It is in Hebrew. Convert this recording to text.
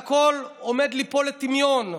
והכול עומד ליפול לטמיון.